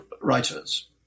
writers